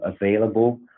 available